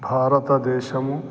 भारतदेशः